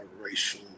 racial